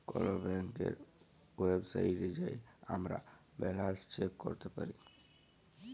call ব্যাংকের ওয়েবসাইটে যাঁয়ে আমরা ব্যাল্যান্স চ্যাক ক্যরতে পায়